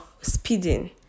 speeding